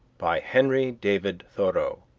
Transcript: by henry david thoreau